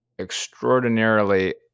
extraordinarily